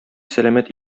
сәламәт